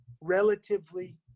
relatively